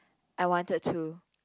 I wanted to